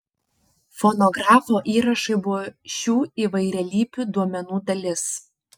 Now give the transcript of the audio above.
fonografo įrašai buvo šių įvairialypių duomenų dalis